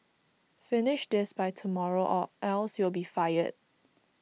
finish this by tomorrow or else you'll be fired